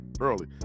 early